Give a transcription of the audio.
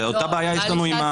אותה בעיה יש לנו עם --- לא.